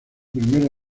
primera